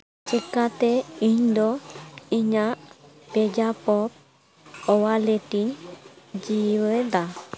ᱪᱮᱠᱟᱛᱮ ᱤᱧᱫᱚ ᱤᱧᱟᱹᱜ ᱯᱮᱡᱟᱯᱚᱯ ᱚᱣᱟᱞᱮᱴᱤᱧ ᱡᱤᱣᱮᱫᱟ